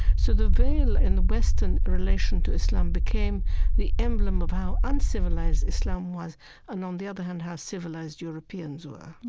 so the veil in the west in and relation to islam became the emblem of how uncivilized islam was and, on the other hand, how civilized europeans were.